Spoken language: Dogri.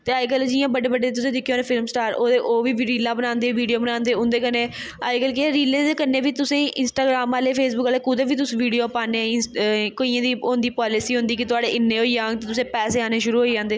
ते अजकल्ल जि'यां बड्डे बड्डे तुसें दिक्खे होने फिल्म स्टार ओह्दे ओह् बी रीलां बनांदे बीडियो बनांदे उं'दे कन्नै अजकल्ल केह् रीलें दे कन्नै बी तुसें गी इस्टाग्राम आह्ले फेसबुक आह्ले कुदै बी तुस वीडियो पान्नें इंस्ट केइयें दी ओह् होंदी पालसी कि तोआढ़े इन्नै होई जाङन ते तुसें गी पैसे औने शुरू होई जंदे